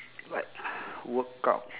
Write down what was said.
like workout